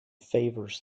favours